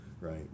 right